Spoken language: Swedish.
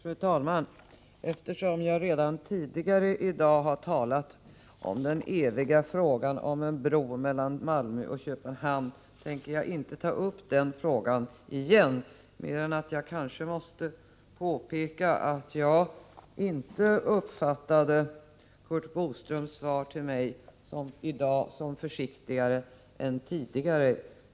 Fru talman! Eftersom jag redan tidigare i dag har talat om den eviga frågan om en bro mellan Malmö och Köpenhamn tänker jag inte ta upp den frågan igen, mer än att jag kanske måste påpeka att jag inte uppfattade Curt Boströms svar till migi dag som försiktigare än tidigare.